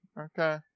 Okay